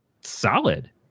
solid